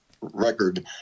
record